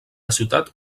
ciutat